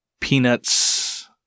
Peanuts